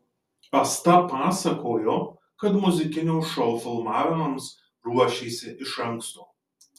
asta pasakojo kad muzikinio šou filmavimams ruošėsi iš anksto